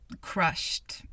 crushed